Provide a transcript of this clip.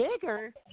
bigger